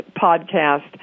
podcast